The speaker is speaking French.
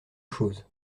chose